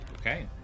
Okay